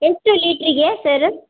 ಎಷ್ಟು ಲೀಟ್ರಿಗೆ ಸರ್